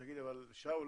אבל, שאול,